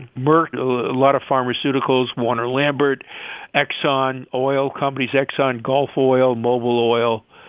merck a lot of pharmaceuticals warner-lambert exxon oil companies exxon, gulf oil, mobil oil,